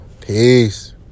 Peace